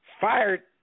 fired